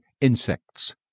insects